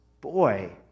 boy